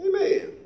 Amen